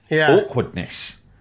awkwardness